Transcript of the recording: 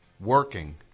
Working